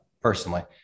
personally